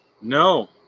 No